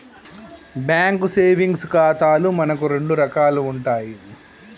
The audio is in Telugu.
బ్యాంకు సేవింగ్స్ ఖాతాలు మనకు రెండు రకాలు ఉంటాయి